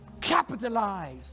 Capitalize